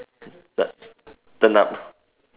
turn up